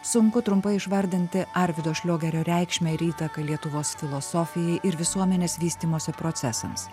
sunku trumpai išvardinti arvydo šliogerio reikšmę ir įtaką lietuvos filosofijai ir visuomenės vystymosi procesams